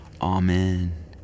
Amen